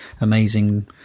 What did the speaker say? amazing